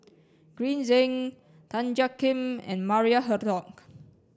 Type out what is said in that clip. Green Zeng Tan Jiak Kim and Maria Hertogh